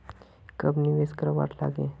कब निवेश करवार लागे?